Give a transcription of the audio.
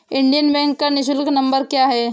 Indian bank का निःशुल्क number क्या है?